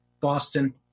Boston